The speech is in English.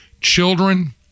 children